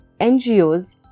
NGOs